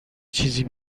چیزی